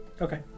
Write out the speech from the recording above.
Okay